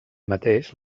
mateix